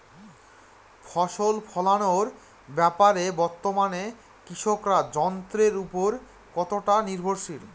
ফসল ফলানোর ব্যাপারে বর্তমানে কৃষকরা যন্ত্রের উপর কতটা নির্ভরশীল?